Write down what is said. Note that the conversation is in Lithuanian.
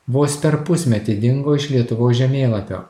vos per pusmetį dingo iš lietuvos žemėlapio